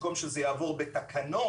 במקום שזה יעבור בתקנות,